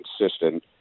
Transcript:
consistent